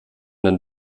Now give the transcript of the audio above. den